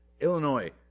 Illinois